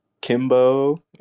Kimbo